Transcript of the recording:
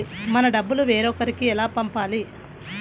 మన డబ్బులు వేరొకరికి ఎలా పంపాలి?